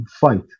fight